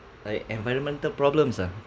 like environmental problems ah